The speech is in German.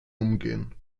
umgehen